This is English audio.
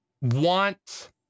want